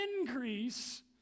increase